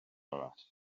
arall